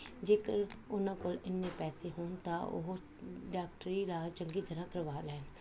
ਜੇਕਰ ਉਹਨਾਂ ਕੋਲ ਇੰਨੇ ਪੈਸੇ ਹੋਣ ਤਾਂ ਉਹ ਡਾਕਟਰੀ ਇਲਾਜ ਚੰਗੀ ਤਰ੍ਹਾਂ ਕਰਵਾ ਲੈਣ